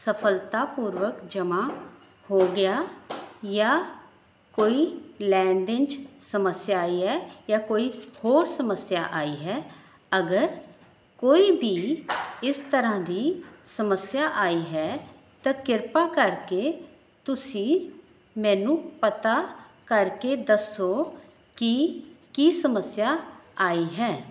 ਸਫਲਤਾ ਪੂਰਵਕ ਜਮ੍ਹਾਂ ਹੋ ਗਿਆ ਜਾਂ ਕੋਈ ਲੈਣ ਦੇਣ 'ਚ ਸਮੱਸਿਆ ਆਈ ਹੈ ਜਾਂ ਕੋਈ ਹੋਰ ਸਮੱਸਿਆ ਆਈ ਹੈ ਅਗਰ ਕੋਈ ਵੀ ਇਸ ਤਰ੍ਹਾਂ ਦੀ ਸਮੱਸਿਆ ਆਈ ਹੈ ਤਾਂ ਕਿਰਪਾ ਕਰਕੇ ਤੁਸੀਂ ਮੈਨੂੰ ਪਤਾ ਕਰਕੇ ਦੱਸੋ ਕਿ ਕੀ ਸਮੱਸਿਆ ਆਈ ਹੈ